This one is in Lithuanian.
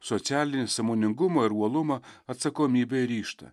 socialinį sąmoningumą ir uolumą atsakomybę ryžtą